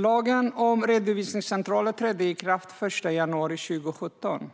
Lagen om redovisningscentraler trädde i kraft den 1 januari 2017.